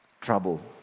trouble